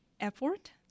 effort